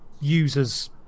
users